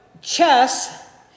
chess